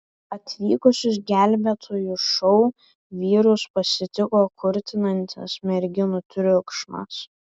atvykusius gelbėtojų šou vyrus pasitiko kurtinantis merginų triukšmas